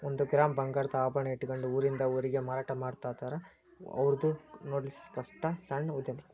ಒಂದ ಗ್ರಾಮ್ ಬಂಗಾರದ ಆಭರಣಾ ಇಟ್ಕೊಂಡ ಊರಿಂದ ಊರಿಗೆ ಮಾರಾಟಾಮಾಡ್ತಾರ ಔರ್ದು ನೊಡ್ಲಿಕ್ಕಸ್ಟ ಸಣ್ಣ ಉದ್ಯಮಾ